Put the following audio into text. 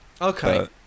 Okay